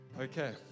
Okay